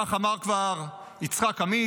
כך אמר כבר יצחק עמית,